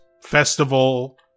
festival